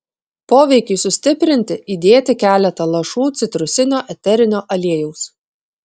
poveikiui sustiprinti įdėti keletą lašų citrusinio eterinio aliejaus